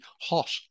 hot